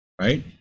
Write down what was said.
right